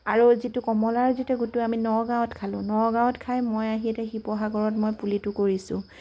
আৰু যিটো কমলাৰ যিটো গুটি আমি নগাঁৱত খালোঁ নগাঁৱত খাই মই আহি ইয়াতে শিৱসাগৰত মই পুলিটো কৰিছোঁ